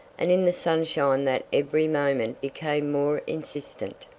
and in the sunshine that every moment became more insistant,